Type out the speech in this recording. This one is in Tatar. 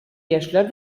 яшьләр